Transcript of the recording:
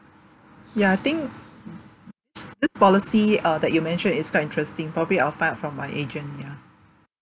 ya I think policy uh that you mentioned is quite interesting probably I will find out from my agent ya